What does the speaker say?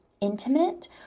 intimate